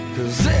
Cause